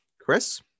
Chris